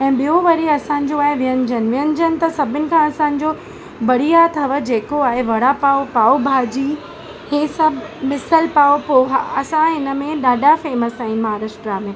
ऐं ॿियो वरी असांजो आहे व्यंजन व्यंजन त सभिनि खां असांजो बढ़िया अथव जेको आहे वड़ापाव पावभाजी हे सभु मिसलपाव पोहा असां हिनमें ॾाढा फेमस आहियूं महाराष्ट्र् में